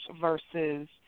versus –